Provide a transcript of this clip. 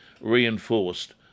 reinforced